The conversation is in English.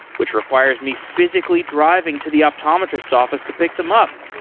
which requires me physically driving to the optometrist's office to pick them up.